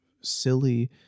silly